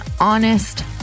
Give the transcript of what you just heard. honest